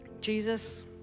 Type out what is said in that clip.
Jesus